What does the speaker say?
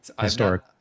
Historic